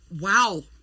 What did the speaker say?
wow